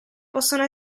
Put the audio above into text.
possono